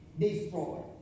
destroyed